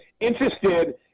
interested